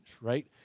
right